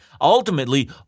Ultimately